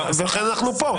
אז לכן אנחנו פה.